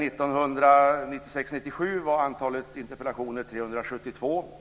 1996/97 var antalet interpellationer 372.